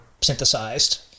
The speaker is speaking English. synthesized